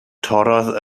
torrodd